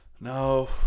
No